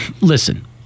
listen